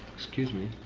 excuse me.